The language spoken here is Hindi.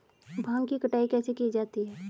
भांग की कटाई कैसे की जा सकती है?